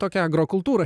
tokia agrokultūra